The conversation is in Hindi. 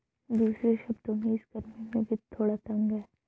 दूसरे शब्दों में, इस गर्मी में वित्त थोड़ा तंग है